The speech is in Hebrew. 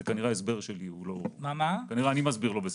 כנראה אני מסביר לא בסדר.